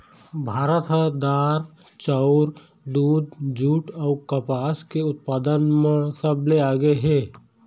भारत ह दार, चाउर, दूद, जूट अऊ कपास के उत्पादन म सबले आगे हे